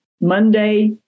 Monday